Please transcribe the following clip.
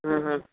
हम्म हम्म